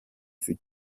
fut